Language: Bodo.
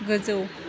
गोजौ